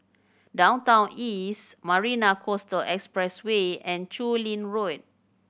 Downtown East Marina Coastal Expressway and Chu Lin Road